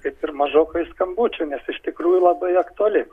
kaip ir mažokai skambučių nes iš tikrųjų labai aktuali